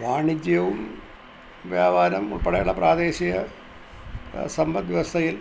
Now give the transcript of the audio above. വാണിജ്യവും വ്യാപാരം ഉൾപ്പെടെ ഉള്ള പ്രാദേശിക സമ്പദ് വ്യവസ്ഥയിൽ